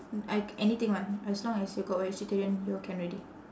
uh I anything [one] as long as you got vegetarian you can already